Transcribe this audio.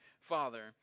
Father